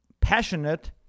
passionate